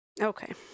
Okay